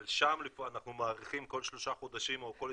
אבל שם אנחנו מאריכים כל שלושה חודשים או כל 21,